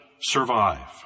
survive